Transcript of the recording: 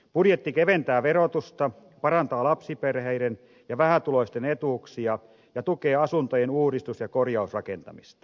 budjetti keventää verotusta parantaa lapsiperheiden ja vähätuloisten etuuksia ja tukee asuntojen uudistus ja korjausrakentamista